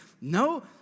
No